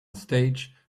stage